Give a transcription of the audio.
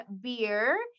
beer